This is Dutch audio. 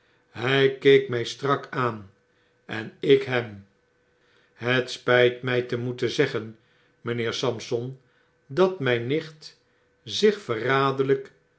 hy keek my strak aan en ik hem het spyt my te moeten zeggen mynheer sampson dat myn nicht zich verraderlyk